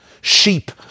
Sheep